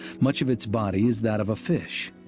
much of its body is that of a fish.